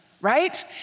right